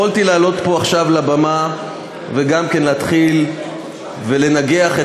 יכולתי לעלות פה עכשיו לבמה וגם להתחיל לנגח את